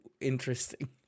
interesting